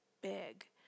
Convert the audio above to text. big